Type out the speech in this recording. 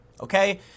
Okay